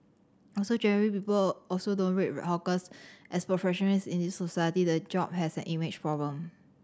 also generally people also don't rate hawkers as professionals in this society the job has an image problem